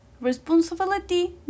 responsibility